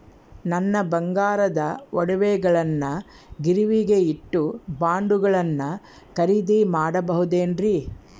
ನನ್ನ ಬಂಗಾರದ ಒಡವೆಗಳನ್ನ ಗಿರಿವಿಗೆ ಇಟ್ಟು ಬಾಂಡುಗಳನ್ನ ಖರೇದಿ ಮಾಡಬಹುದೇನ್ರಿ?